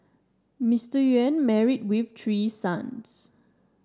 Mister Nguyen married with three sons